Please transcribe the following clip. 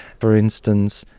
for instance,